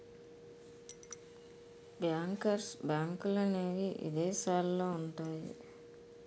bankers బ్యాంకులనేవి ఇదేశాలల్లో ఉంటయ్యి